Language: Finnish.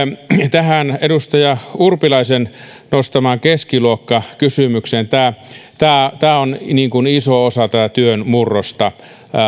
tähän edustaja urpilaisen nostamaan keskiluokkakysymykseen tämä tämä on iso osa työn murrosta